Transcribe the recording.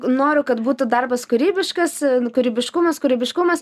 noriu kad būtų darbas kūrybiškas kūrybiškumas kūrybiškumas